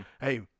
Hey